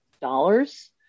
dollars